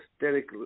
aesthetic